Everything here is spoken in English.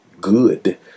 good